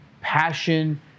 passion